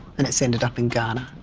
and it's ended up in ghana?